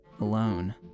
alone